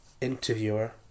interviewer